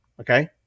Okay